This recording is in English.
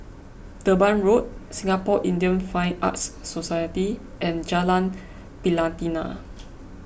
Durban Road Singapore Indian Fine Arts Society and Jalan Pelatina